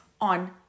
on